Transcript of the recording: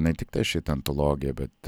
ne tiktai šitą antologiją bet